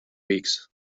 weeks